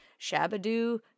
Shabadoo